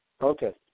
Okay